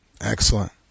Excellent